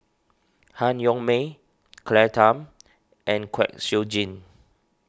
Han Yong May Claire Tham and Kwek Siew Jin